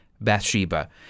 Bathsheba